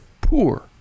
poor